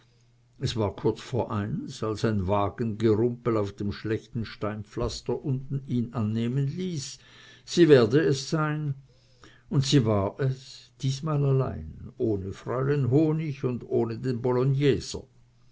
es war kurz vor eins als ein wagengerumpel auf dem schlechten steinpflaster unten ihn annehmen ließ sie werde es sein und sie war es diesmal allein ohne fräulein honig und ohne den